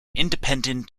independent